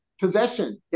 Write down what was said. Possession